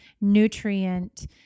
nutrient